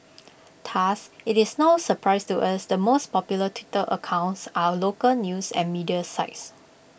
thus it's no surprise to us the most popular Twitter accounts are local news and media sites